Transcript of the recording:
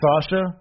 Sasha